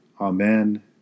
Amen